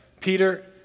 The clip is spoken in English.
Peter